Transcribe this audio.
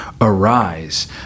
Arise